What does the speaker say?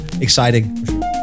exciting